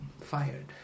fired